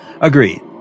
Agreed